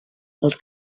els